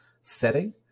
setting